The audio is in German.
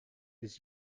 des